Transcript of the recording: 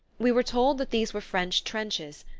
we were told that these were french trenches,